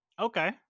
okay